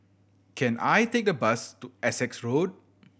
can I take a bus to Essex Road